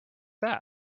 that